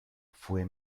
fue